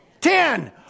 Ten